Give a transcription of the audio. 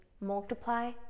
multiply